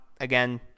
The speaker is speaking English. again